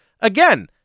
again